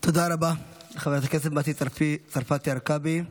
תודה רבה לחברת הכנסת מטי צרפתי הרכבי.